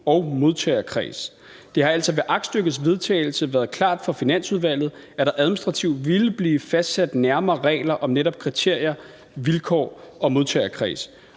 og modtagerkreds. Det har altså ved aktstykkets vedtagelse været klart for Finansudvalget, at der administrativt ville blive fastsat nærmere regler om netop kriterier, vilkår og modtagerkreds.